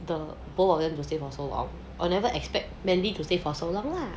the both of them to stay for so long or never expect mandy to stay for so long lah